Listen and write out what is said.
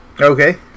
Okay